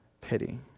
pity